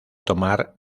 tomar